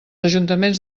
ajuntaments